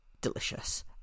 delicious